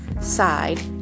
side